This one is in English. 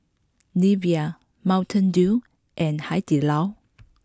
Nivea Mountain Dew and Hai Di Lao